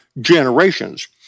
generations